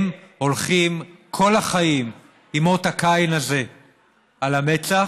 הם הולכים כל החיים עם האות קין הזה על המצח,